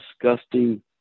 disgusting